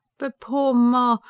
but poor ma.